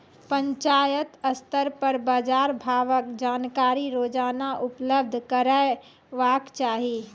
पंचायत स्तर पर बाजार भावक जानकारी रोजाना उपलब्ध करैवाक चाही?